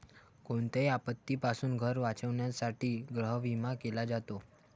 कोणत्याही आपत्तीपासून घर वाचवण्यासाठी गृहविमा केला जातो